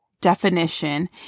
definition